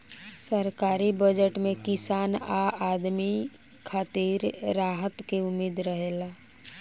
सरकारी बजट में किसान आ आम आदमी खातिर राहत के उम्मीद रहेला